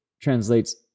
translates